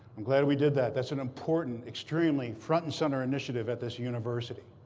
i'm glad we did that. that's an important, extremely front-and-center initiative at this university.